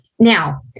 Now